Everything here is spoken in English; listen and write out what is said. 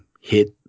hit